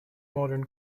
modern